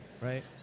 right